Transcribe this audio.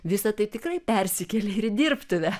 visa tai tikrai persikėlė į dirbtuvę